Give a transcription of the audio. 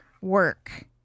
work